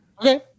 Okay